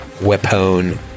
weapon